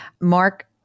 Mark